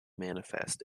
manifest